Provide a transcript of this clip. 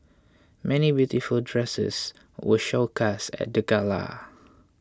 many beautiful dresses were showcased at the gala